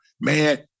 man